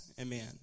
Amen